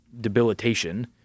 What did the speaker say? debilitation